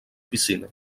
piscina